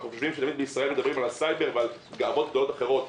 אנחנו באמת חושבים שבישראל מדברים על הסייבר ועל גאוות גדולות אחרות.